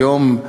היום,